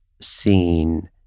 seen